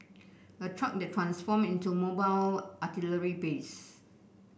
a truck that transform into mobile artillery base